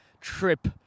trip